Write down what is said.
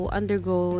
undergo